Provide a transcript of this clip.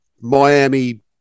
Miami